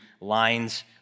lines